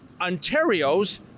Ontario's